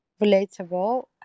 relatable